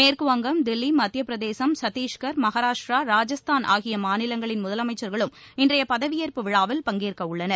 மேற்குவங்கம் தில்லி மத்தியப் பிரதேசம் சத்திஷ்கர் மகாராஷ்ட்ரா ராஜஸ்தான் ஆகிய மாநிலங்களின் முதலமைச்சர்களும் இன்றைய பதவியேற்பு விழாவில் பங்கேற்கவுள்ளனர்